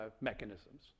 mechanisms